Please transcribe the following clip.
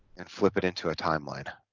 and flip it into a timeline